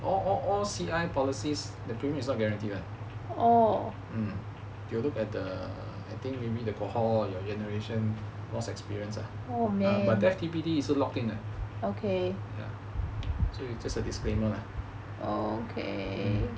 all all C_I policies the premium is not guaranteed [one] ya they will look at the I think maybe the cohort your generation loss experience ah but death T_B_D 是 lock in ah ya so you just a disclaimer lah